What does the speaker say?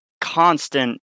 constant